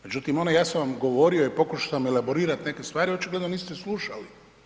Međutim, ono ja sam vam govorio i pokušao sam elaborirati neke stvari, očigledno niste slušali.